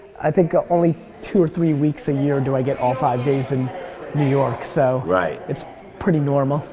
i think ah only two or three weeks a year and do i get all five days in new york. so right. so, it's pretty normal.